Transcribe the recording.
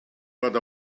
fod